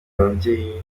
n’ababyeyi